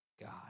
God